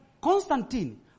Constantine